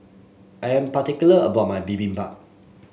I am particular about my Bibimbap